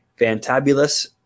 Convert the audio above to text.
fantabulous